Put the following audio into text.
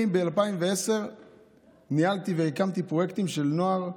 ב-2010 ניהלתי והקמתי פרויקטים של נוער מתמודד,